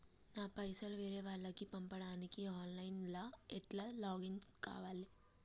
నా పైసల్ వేరే వాళ్లకి పంపడానికి ఆన్ లైన్ లా ఎట్ల లాగిన్ కావాలి?